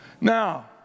Now